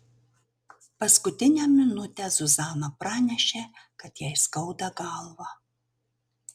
paskutinę minutę zuzana pranešė kad jai skauda galvą